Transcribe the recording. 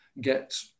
get